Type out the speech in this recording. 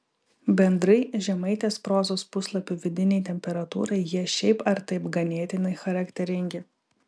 bendrai žemaitės prozos puslapių vidinei temperatūrai jie šiaip ar taip ganėtinai charakteringi